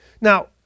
Now